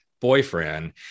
boyfriend